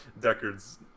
Deckard's